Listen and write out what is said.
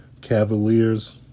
Cavaliers